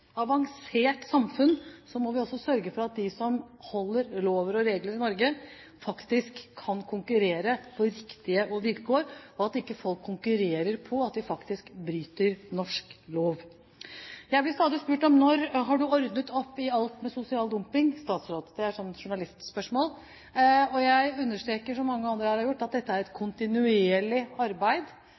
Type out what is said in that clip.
avansert samfunn må vi også sørge for at de som holder lover og følger regler i Norge, faktisk kan konkurrere på riktige vilkår, og at ikke folk konkurrerer på at de faktisk bryter norsk lov. Jeg blir stadig spurt: Når har du ordnet opp i alt med sosial dumping, statsråd? Det er et sånt journalistspørsmål. Jeg understreker, som mange andre her har gjort, at dette er et kontinuerlig arbeid.